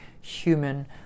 human